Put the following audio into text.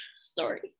sorry